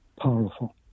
powerful